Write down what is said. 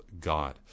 God